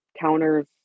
counters